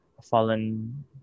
fallen